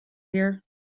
here